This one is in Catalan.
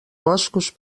boscos